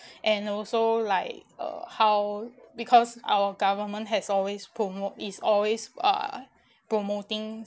and also like uh how because our government has always promote is always uh promoting